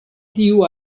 tiu